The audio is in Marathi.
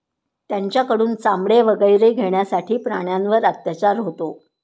त्यांच्याकडून चामडे वगैरे घेण्यासाठी प्राण्यांवर अत्याचार होतो